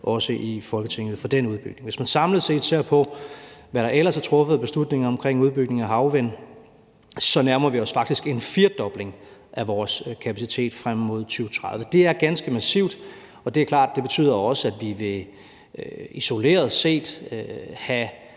også i Folketinget for den udbygning. Hvis man samlet set ser på, hvad der ellers er truffet af beslutninger omkring udbygning af havvind, så nærmer vi os faktisk en firedobling af vores kapacitet frem mod 2030. Det er ganske massivt, og det er klart, at det også betyder, at vi isoleret set vil